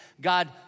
God